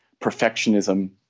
perfectionism